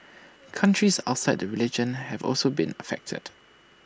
countries outside the religion have also been affected